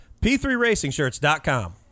p3racingshirts.com